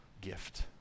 gift